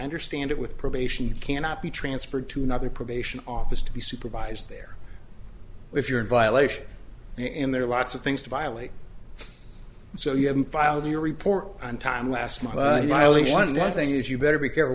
understand it with probation you cannot be transferred to another probation office to be supervised there if you're in violation in there are lots of things to violate so you haven't filed your report on time last month while it was nothing is you better be careful